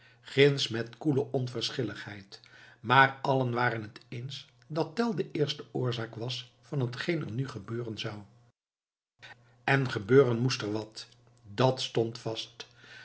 ginds met koele onverschilligheid maar allen waren het eens dat tell de eerste oorzaak was van hetgeen er nu gebeuren zou en gebeuren moest er wat dat stond vast